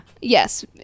yes